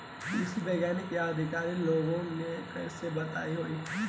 कृषि वैज्ञानिक या अधिकारी लोगन से कैसे बात होई?